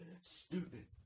stupid